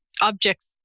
objects